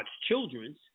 children's